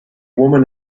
woman